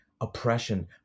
oppression